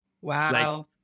Wow